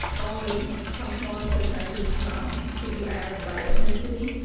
only some smaller percentage um to be arab by ethnicity.